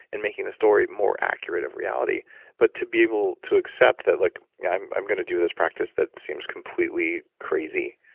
and making the story more accurate of reality but to be able to accept that like i'm i'm gonna do this practice that seems completely crazy,